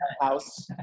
house